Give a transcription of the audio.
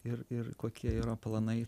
ir ir kokie yra planai